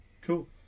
cool